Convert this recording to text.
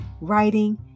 writing